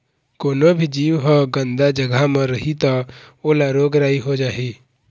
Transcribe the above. कोनो भी जीव ह गंदा जघा म रही त ओला रोग राई हो जाही